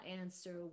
answer